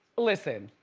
listen,